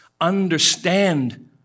understand